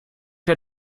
der